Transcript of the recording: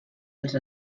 dels